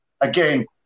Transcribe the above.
Again